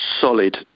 solid